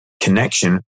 connection